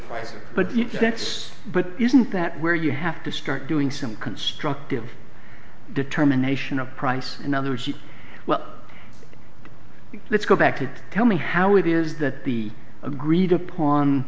to rise but that's but isn't that where you have to start doing some constructive determination of price another well let's go back to tell me how it is that the agreed upon